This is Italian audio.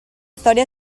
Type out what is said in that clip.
storia